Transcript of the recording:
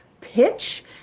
pitch